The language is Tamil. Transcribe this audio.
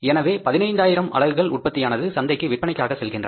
எனவே 15000 அலகுகள் உற்பத்தியானது சந்தைக்கு விற்பனைக்காக செல்கின்றன